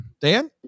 dan